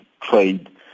trade